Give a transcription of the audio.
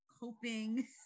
coping